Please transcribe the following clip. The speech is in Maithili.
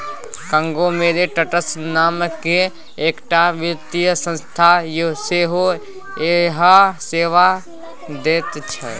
कांग्लोमेरेतट्स नामकेँ एकटा वित्तीय संस्था सेहो इएह सेवा दैत छै